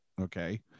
okay